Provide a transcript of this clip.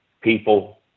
People